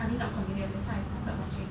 I mean not continue that's why I started watching